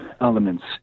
elements